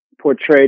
portrayed